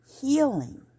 healing